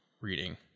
reading